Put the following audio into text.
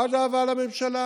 עד הבאה לממשלה,